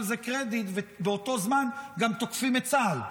זה קרדיט ובאותו זמן גם תוקפים את צה"ל?